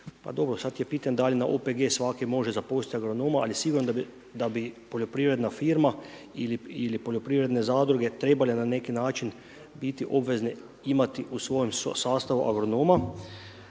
A dobro, sad je pitanje da li OPG svaki može zaposliti agronoma, ali sigurno da bi poljoprivredna firma ili poljoprivredne zadruge trebale na neki način biti obveze, imati u svojem sastavu agronoma